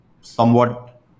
somewhat